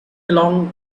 along